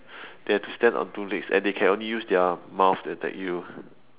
they have to stand on two legs and they can only use their mouth to attack you